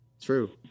True